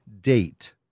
date